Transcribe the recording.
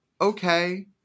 okay